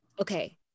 okay